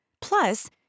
Plus